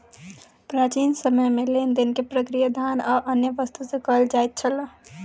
प्राचीन समय में लेन देन प्रक्रिया धान आ अन्य वस्तु से कयल जाइत छल